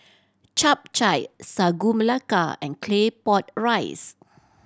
Chap Chai Sagu Melaka and Claypot Rice